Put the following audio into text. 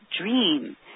dream